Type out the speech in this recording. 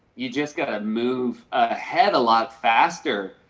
you just got to move ahead a lot faster.